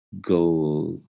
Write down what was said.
go